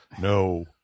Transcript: No